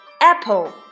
apple